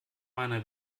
meiner